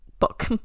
book